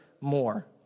more